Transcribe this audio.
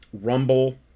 Rumble